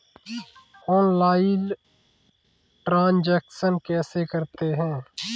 Online transaction कैसे करते हैं?